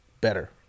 better